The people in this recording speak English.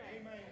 Amen